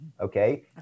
okay